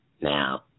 now